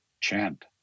chant